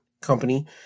company